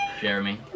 Jeremy